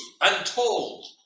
untold